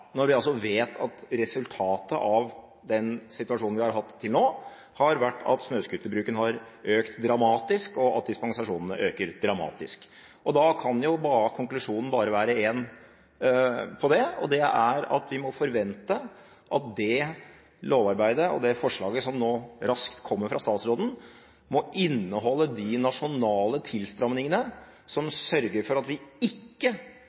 når vi altså vet at resultatet av den situasjonen vi har hatt til nå, har vært at snøscooterbruken har økt dramatisk, og at dispensasjonene har økt dramatisk. Og da kan konklusjonen bare være én på det, og det er at vi må forvente at det lovarbeidet og det forslaget som nå raskt kommer fra statsråden, må inneholde de nasjonale tilstramningene som sørger for at vi ikke